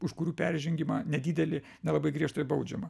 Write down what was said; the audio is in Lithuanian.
už kurių peržengimą nedidelį nelabai griežtai baudžiama